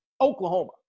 Oklahoma